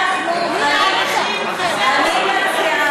ומה עם הקשישים והנכים?